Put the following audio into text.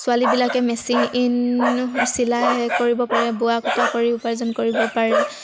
ছোৱালীবিলাকে মেচিন চিলাই কৰিব পাৰে বোৱা কটা কৰি উপাৰ্জন কৰিব পাৰে